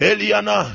Eliana